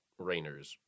Rainers